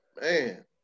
Man